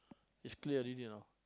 it's clear already know